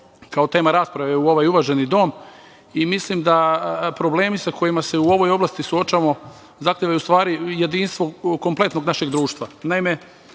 kao tema rasprave u ovaj uvaženi dom. Mislim da problemi sa kojima se u ovoj oblasti suočavamo zahtevaju u stvari jedinstvo kompletnog našeg društva.